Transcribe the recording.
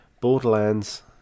Borderlands